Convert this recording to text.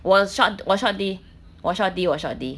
我 short 我 short D 我 short D 我 short D